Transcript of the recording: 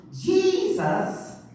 Jesus